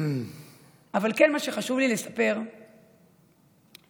אבל מה שכן חשוב לי לספר הוא שחמי,